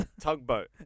Tugboat